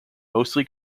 mostly